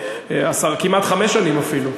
וכמעט חמש שנים אפילו.